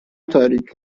تاریک